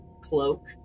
cloak